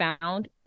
found